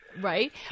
Right